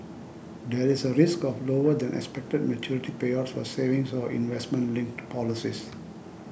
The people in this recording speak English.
there is a risk of having lower than expected maturity payouts for savings or investment linked policies